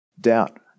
doubt